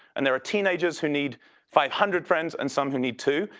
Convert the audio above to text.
and there are teenagers who need five hundred friends and some who need two,